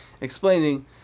explaining